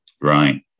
right